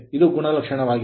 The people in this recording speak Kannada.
ಇದು ಗುಣಲಕ್ಷಣವಾಗಿದೆ